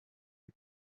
the